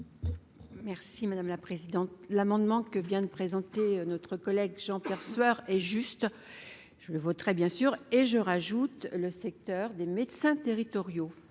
Merci madame la présidente, l'amendement que vient de présenter notre collègue Jean-Pierre Sueur et juste, je ne voterai bien sûr et je rajoute le secteur des médecins territoriaux